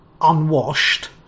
unwashed